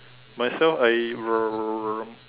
myself I um